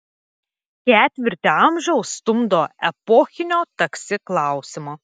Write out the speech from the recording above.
ketvirtį amžiaus stumdo epochinio taksi klausimo